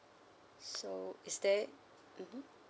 so is there mmhmm